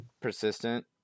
Persistent